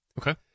Okay